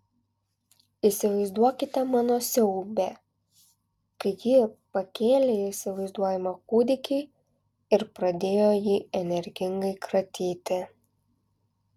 įsivaizduokite mano siaubią kai ji pakėlė įsivaizduojamą kūdikį ir pradėjo jį energingai kratyti